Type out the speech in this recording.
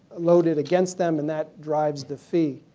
loaded against them. and that drives the fee.